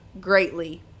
greatly